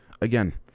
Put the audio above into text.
Again